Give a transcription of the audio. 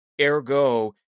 Ergo